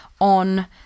on